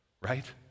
right